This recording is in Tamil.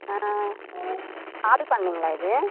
மாடு பண்ணைங்களா இது